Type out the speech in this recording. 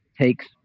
takes